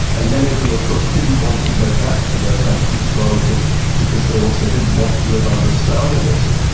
and many of them of course didn't want to go back to their countries of origin because they also didn't want to live under stalinism.